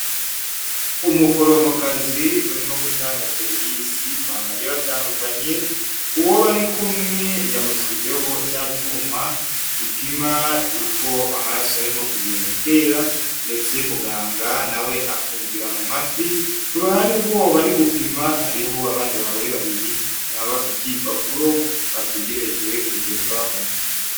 Umuforomokazi urimo gutanga serivisi ku bantu bagiye batandukanye, uwo bari kumwe yamushyizeho cya cyuma gipima uko amaraso arimo kugenda atera ndetse muganga na we akumvira mu matwi, ku ruhande rw'uwo bari gupima, hariho abandi bagore babiri na bo bafiteye ibipapuro, bategereje kugerwaho.